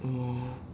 oh